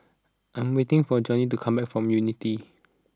I am waiting for Johney to come back from Unity